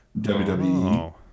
WWE